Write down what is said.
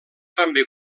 també